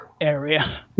area